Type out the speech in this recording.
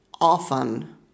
often